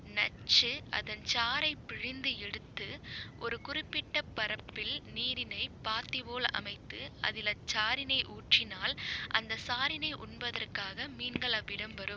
நச்சு அதன் சாறைப் பிழிந்து எடுத்து ஒரு குறிப்பிட்ட பரப்பில் நீரினைப் பாத்தி போல் அமைத்து அதில் அச்சாறினை ஊற்றினால் அந்தச் சாறினை உண்பதற்காக மீன்கள் அவ்விடம் வரும்